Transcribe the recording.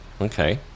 okay